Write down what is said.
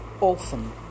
Orphan